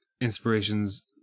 Inspirations